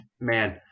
man